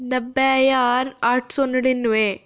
नब्बै ज्हार अट्ठ सौ नड़िनवैं